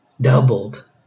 doubled